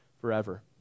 forever